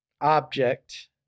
object